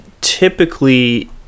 typically